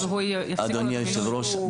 אדוני היושב-ראש,